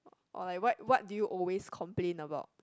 or like what what do you always complain about